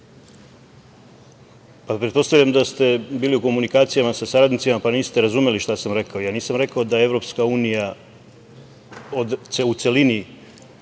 Pretpostavljam da ste bili u komunikacijama sa saradnicima pa niste razumeli šta sam rekao, ja nisam rekao da Evropska unija u celini